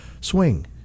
swing